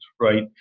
right